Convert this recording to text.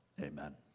Amen